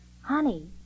Honey